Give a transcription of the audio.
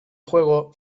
juego